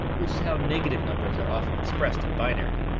which is how negative numbers are often expressed in binary.